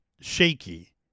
shaky